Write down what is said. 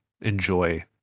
enjoy